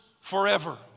forever